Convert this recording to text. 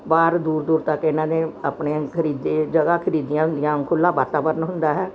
ਬਾਹਰ ਦੂਰ ਦੂਰ ਤੱਕ ਇਹਨਾਂ ਨੇ ਆਪਣੇ ਖਰੀਦੇ ਜਗ੍ਹਾ ਖਰੀਦੀਆਂ ਹੁੰਦੀਆਂ ਖੁੱਲਾ ਵਾਤਾਵਰਨ ਹੁੰਦਾ ਹੈ